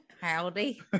Howdy